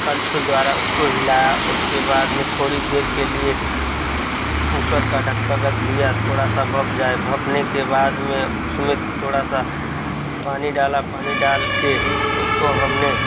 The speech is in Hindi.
कलछुल द्वारा उसको हिलाया उसके बाद में थोड़ी देर के लिए कुकर का ढक्कन रख दिया थोड़ा सा भप जाए भपने के बाद में उसमें थोड़ा सा पानी डाला पानी डाल कर उसको हमने